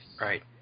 Right